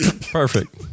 Perfect